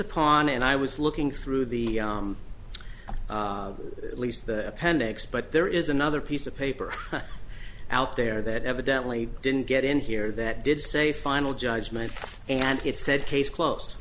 upon and i was looking through the at least the appendix but there is another piece of paper out there that evidently didn't get in here that did say final judgment and it said case closed